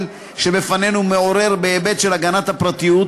שבפנינו מעורר בהיבט של הגנת הפרטיות,